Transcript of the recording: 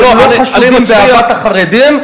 אז הם לא חשודים באהבת החרדים,